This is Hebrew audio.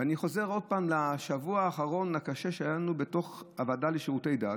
ואני חוזר עוד פעם לשבוע האחרון הקשה שהיה לנו בתוך הוועדה לשירותי דת,